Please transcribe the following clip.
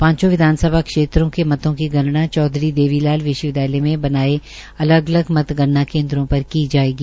पांचों विधानसभाओं क्षेत्रो में मतों की गणना चौधरी देवी लाल विश्वविद्यालय मे बनाये अलग अलग मतगणना केन्द्रों पर की जायेगी